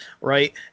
Right